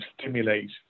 stimulate